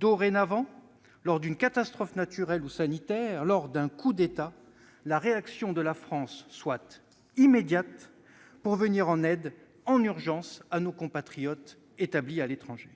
dorénavant, lors d'une catastrophe naturelle ou sanitaire, ou lors d'un coup d'État, la réaction de la France soit immédiate pour venir en aide en urgence à nos compatriotes. Pourquoi un tel